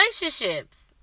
relationships